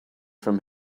from